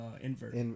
invert